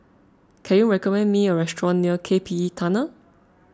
can you recommend me a restaurant near K P E Tunnel